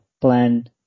plan